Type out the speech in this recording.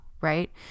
right